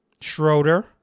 Schroeder